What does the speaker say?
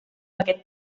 aquest